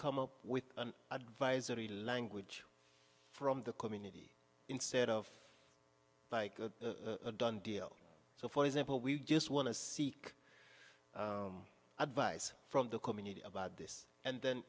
come up with an advisory language from the community instead of like a done deal so for example we just want to seek advice from the community about this and then